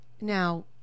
Now